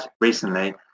recently